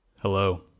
Hello